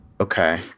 okay